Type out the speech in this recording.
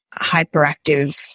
hyperactive